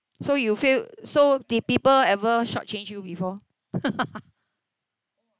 so you feel so did people ever short change you before